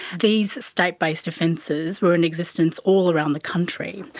these state-based offences were in existence all around the country.